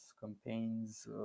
campaigns